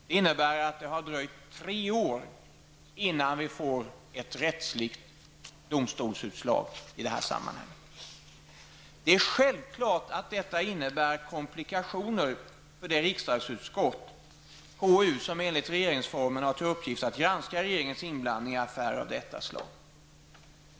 Det innebär att det dröjt tre år innan vi får ett domstolsutslag i detta sammanhang. Det är självklart att detta innebär komplikationer för det riksdagsutskott -- KU -- som enligt regeringsformen har till uppgift att granska regeringens inblandning i affärer av detta slag.